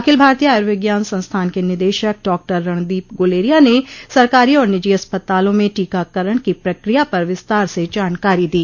अखिल भारतीय आयुर्विज्ञान संस्थान के निदेशक डॉक्टर रणदीप गुलेरिया ने सरकारी और निजी अस्पतालों में टीकाकरण की प्रक्रिया पर विस्तार से जानकारी दी